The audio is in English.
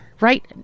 Right